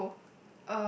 so